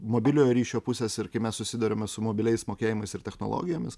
mobiliojo ryšio pusės ir kai mes susiduriame su mobiliais mokėjimais ir technologijomis